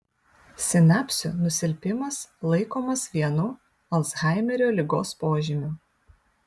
sinapsių nusilpimas laikomas vienu alzhaimerio ligos požymių